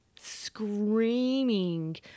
screaming